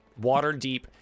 Waterdeep